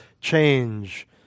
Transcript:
change